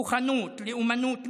כוחנות, לאומנות משיחית,